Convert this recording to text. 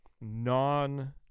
non